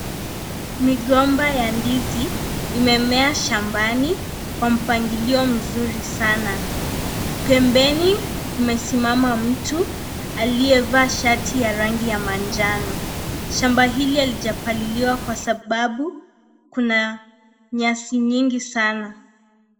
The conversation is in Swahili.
Migomba ya ndizi imemea shambani kwa mpangilio mzuri sana. Pembeni kumesimama mtu aliyevaa shati ya rangi ya manjano. Shamba hile halijapaliliwa kwa sababu kuna nyazi nyingi sana.